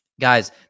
guys